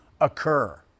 occur